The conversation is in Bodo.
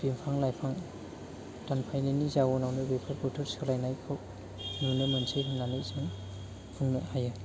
बिफां लाइफां दानफायनायनि जाउनावनो बेफोर बोथोर सोलायनायखौ नुनो मोनसै होननानै जों बुंनो हायो